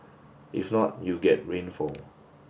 if not you get rainfall